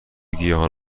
گیاهان